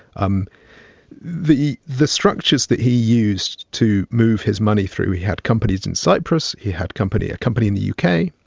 um the the structures that he used to move his money through he had companies in cyprus, he had company a company in the u k.